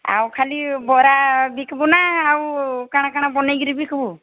ଆଉ ଖାଲି ବରା ବିକିବୁ ନା ଆଉ କାଣା କାଣା ବନେଇକିରି ବିକିବୁ